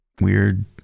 weird